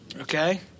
Okay